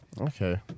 Okay